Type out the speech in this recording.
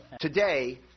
Today